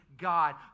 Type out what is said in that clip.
God